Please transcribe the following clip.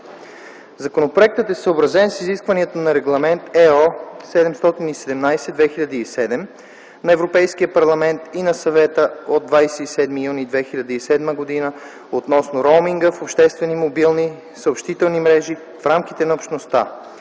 Законопроектът е съобразен с изискванията на Регламент (ЕО) № 717/2007 на Европейския парламент и на Съвета от 27 юни 2007 г. относно роуминга в обществени мобилни съобщителни мрежи в рамките на Общността,